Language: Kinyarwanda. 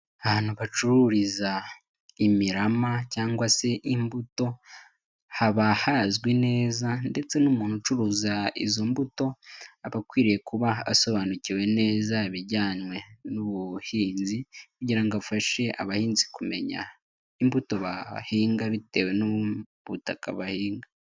Ahantu bacururiza imirama cyangwa se imbuto haba hazwi neza ndetse n'umuntu ucuruza izo mbuto aba akwiriye kuba asobanukiwe neza ibijyanwe n'ubuhinzi kugira ngo afashe abahinzi kumenya imbuto bahinga bitewe n'ubutaka bahinga.